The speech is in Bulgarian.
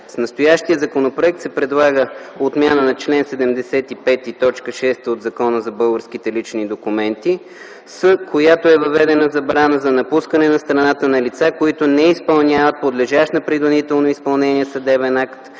настоящия законопроект се предлага отмяна на чл. 75, т. 6 от Закона за българските лични документи, с която е въведена забрана за напускане на страната на лица, които не изпълняват подлежащ на принудително изпълнение съдебен акт,